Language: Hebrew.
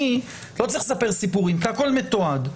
אני לא צריך לספר סיפורים כי הכל מתועד,